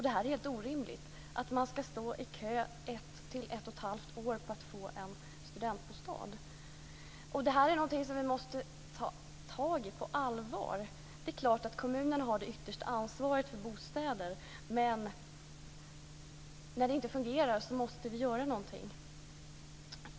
Det är helt orimligt att man ska stå i kö 1-1 1⁄2 år för att få en studentbostad. Detta är någonting som vi måste ta tag i på allvar. Det är klart att kommunerna har det yttersta ansvaret för bostäder, men när det inte fungerar måste vi göra någonting.